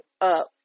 up